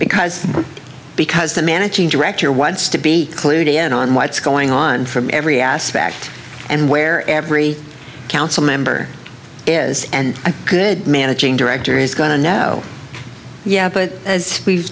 because because the managing director wants to be clued in on what's going on from every aspect and where every council member is and could managing director he's going to know yeah but as we